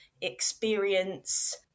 experience